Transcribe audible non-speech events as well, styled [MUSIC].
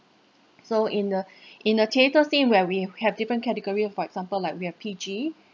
so in a [BREATH] in a theatre scene where we have different category of for example like we have P_G